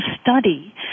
study